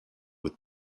with